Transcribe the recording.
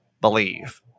believe